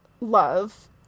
love